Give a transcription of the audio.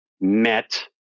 met